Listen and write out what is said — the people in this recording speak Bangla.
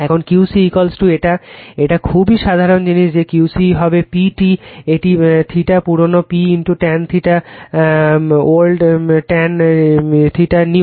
এখন Q c এটা এটা খুবই সাধারণ জিনিস যে Q c হবে PT একটি θ পুরানো P tan θ old tan θ new